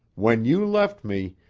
when you left me,